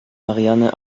marianne